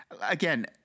again